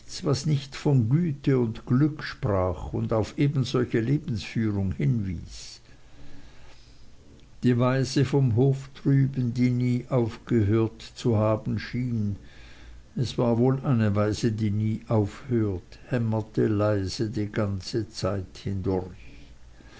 was nicht von güte und glück sprach und auf ebensolche lebensführung hinwies die weise vom hof drüben die nie aufgehört zu haben schien es war wohl eine weise die nie aufhört hämmerte leise die ganze zeit hindurch